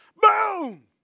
boom